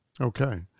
Okay